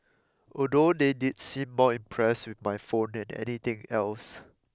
although they did seem more impressed with my phone than anything else